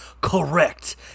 Correct